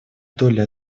доля